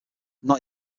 not